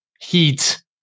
Heat